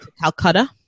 Calcutta